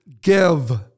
give